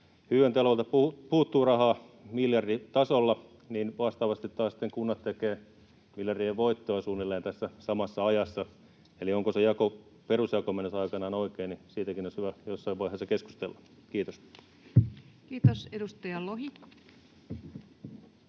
hyvinvointialueilta puuttuu rahaa miljarditasolla ja vastaavasti sitten taas kunnat tekevät miljardien voittoja suunnilleen tässä samassa ajassa. Eli siitäkin, onko se perusjako mennyt aikanaan oikein, olisi hyvä jossain vaiheessa keskustella. — Kiitos. Kiitos. — Edustaja Lohi.